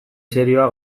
serioa